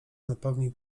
napełnił